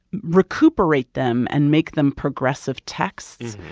recuperate them and make them progressive texts.